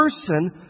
person